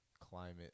climate